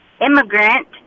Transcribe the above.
immigrant